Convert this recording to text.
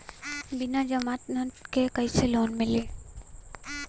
बिना जमानत क कइसे लोन मिली?